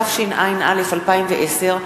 התשע"א 2010,